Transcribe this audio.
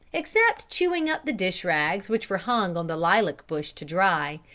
except chewing up the dish-rags which were hung on the lilac bush to dry,